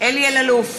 אלי אלאלוף,